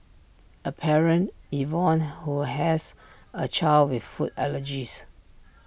A parent Yvonne who has A child with food allergies